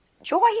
Joy